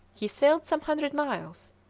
he sailed some hundred miles,